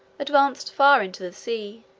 advanced far into the sea,